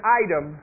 item